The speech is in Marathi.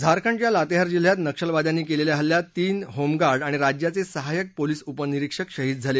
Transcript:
झारखंडच्या लातेहार जिल्ह्यात नक्षलवाद्यांनी केलेल्या हल्ल्यात तीन होमगार्ड आणि राज्याचे सहाय्यक पोलिस उपनिरीक्षक शहीद झाले